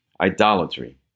idolatry